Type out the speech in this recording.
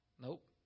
Nope